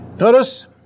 Notice